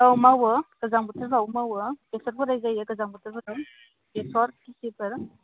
औ मावो गोजां बोथोरावबो मावो बेसर फोनाय जायो गोजां बोथोर फोराव बेसर खेथिफोर